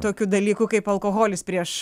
tokiu dalyku kaip alkoholis prieš